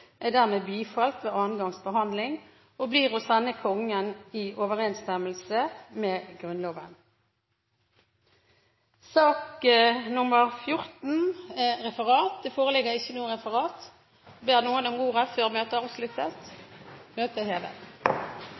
er dermed bifalt ved andre gangs behandling og blir å sende Kongen i overensstemmelse med Grunnloven. Det foreligger ikke noe referat. Ber noen om ordet før møtet heves? – Møtet er hevet.